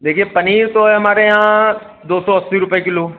देखिए पनीर तो है हमारे यहाँ दो सौ अस्सी रुपये किलो